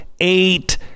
eight